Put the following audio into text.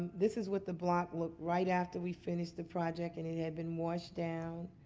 this is what the block looked right after we finished the project and it had been washed down.